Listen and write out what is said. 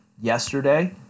yesterday